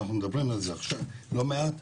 אנחנו מדברים על זה עכשיו לא מעט.